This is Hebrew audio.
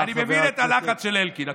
אני מבין את הלחץ של אלקין.